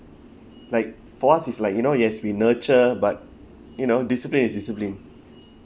like for us is like you know yes we nurture but you know discipline is discipline